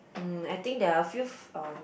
mm I think there are a few um